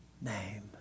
name